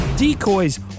decoys